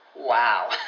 Wow